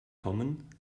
kommen